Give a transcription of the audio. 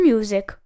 Music